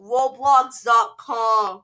Roblox.com